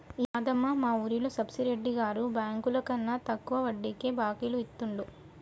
యాదమ్మ, మా వూరిలో సబ్బిరెడ్డి గారు బెంకులకన్నా తక్కువ వడ్డీకే బాకీలు ఇత్తండు